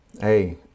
hey